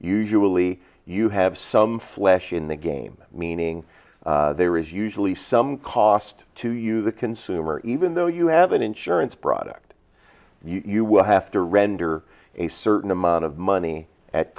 usually you have some flash in the game meaning there is usually some cost to you the consumer even though you have an insurance product you will have to render a certain amount of money at